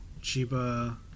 Chiba